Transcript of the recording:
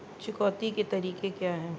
चुकौती के तरीके क्या हैं?